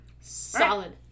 Solid